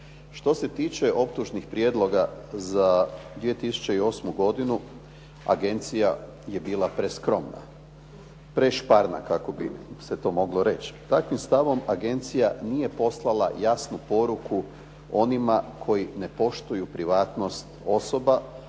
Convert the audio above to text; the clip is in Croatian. Što se tiče optužnih prijedloga za 2008. godinu, agencija je bila preskromna, prešparna kako bi se to moglo reći. Takvim stavom agencija nije poslala jasnu poruku onima koji ne poštuju privatnost osoba